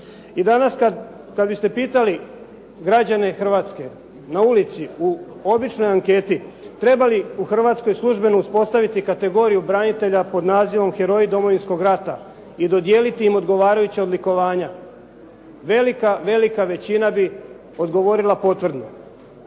I danas kad biste pitali građane Hrvatske na ulici u običnoj anketi treba li u Hrvatskoj službeno uspostaviti kategoriju branitelja pod nazivom "heroji Domovinskog rata" i dodijeliti im odgovarajuća odlikovanja velika većina bi odgovorila potvrdno.